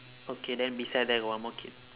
okay then beside there got one more kid